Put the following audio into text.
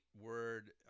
word